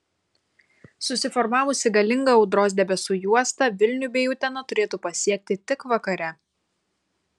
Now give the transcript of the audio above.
susiformavusi galinga audros debesų juosta vilnių bei uteną turėtų pasiekti tik vakare